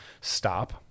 stop